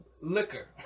liquor